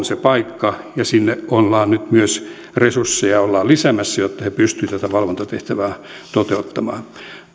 se paikka ja sinne ollaan nyt myös resursseja lisäämässä jotta he pystyvät tätä valvontatehtävää toteuttamaan